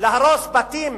להרוס בתים